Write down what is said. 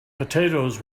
potatoes